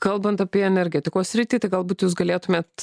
kalbant apie energetikos sritį tai galbūt jūs galėtumėt